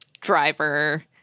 driver